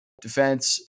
Defense